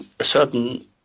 certain